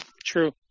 true